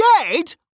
dead